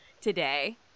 today